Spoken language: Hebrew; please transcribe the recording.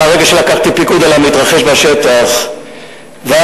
מרגע שלקחתי פיקוד על המתרחש בשטח ועד